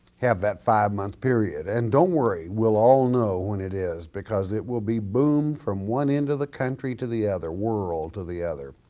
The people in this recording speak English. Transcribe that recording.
have that five month period. and don't worry, we'll all know when it is because it will be boom from one end of the country to the other, world to the other.